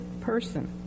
person